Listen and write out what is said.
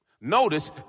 Notice